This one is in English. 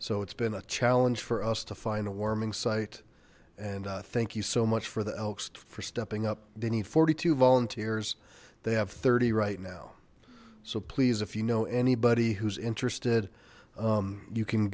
so it's been a challenge for us to find a warming site and thank you so much for the elk for stepping up they need forty two volunteers they have thirty right now so please if you know anybody who's interested you can